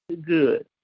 good